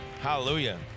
Hallelujah